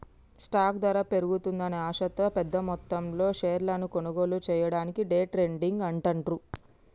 stock ధర పెరుగుతుందనే ఆశతో పెద్దమొత్తంలో షేర్లను కొనుగోలు చెయ్యడాన్ని డే ట్రేడింగ్ అంటాండ్రు